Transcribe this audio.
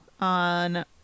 on